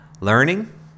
Learning